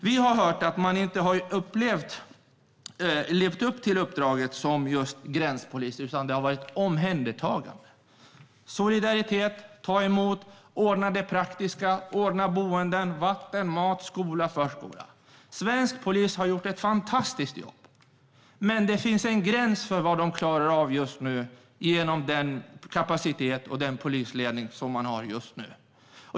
Vi har hört att de inte har levt upp till uppdraget som just gränspolis, utan det har varit omhändertagande. Det har handlat om solidaritet, att ta emot och ordna det praktiska, att ordna boenden, vatten, mat, skola och förskola. Svensk polis har gjort ett fantastiskt jobb. Men det finns en gräns för vad de klarar av just nu genom den kapacitet och den polisledning som de har.